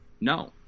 No